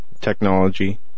technology